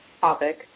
topic